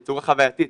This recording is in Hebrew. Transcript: בצורה חווייתית,